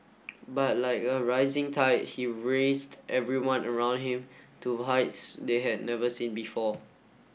but like a rising tide he raised everyone around him to heights they had never seen before